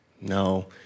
No